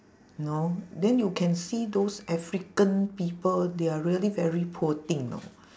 you know then you can see those african people they are really very poor thing know